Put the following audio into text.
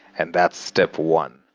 and that's step one,